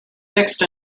mixed